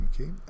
Okay